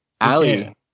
Ali